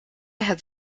had